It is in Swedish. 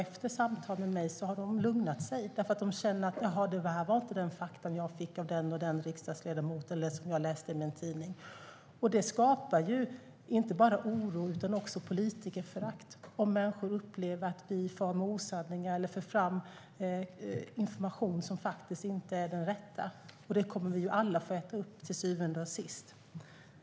Efter samtal med mig har de lugnat sig eftersom de känner att detta inte var de fakta de fått av den och den riksdagsledamoten eller läst i tidningen. Det skapar ju inte bara oro utan också politikerförakt om människor upplever att vi far med osanning eller för fram information som inte är riktig. Det kommer vi alla till syvende och sist att få äta upp.